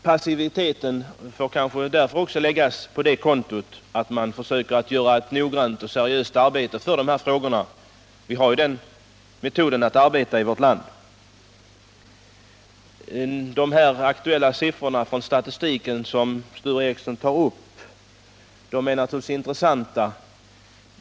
Passiviteten kan också bero på att man försöker göra ett noggrant och seriöst arbete i dessa frågor — vi arbetar efter den metoden i vårt land. De aktuella siffrorna ur statistiken som Sture Ericson här tar upp är naturligtvis intressanta.